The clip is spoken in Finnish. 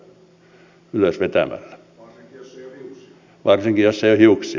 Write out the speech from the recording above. varsinkin jos ei ole hiuksia